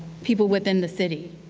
people within the city.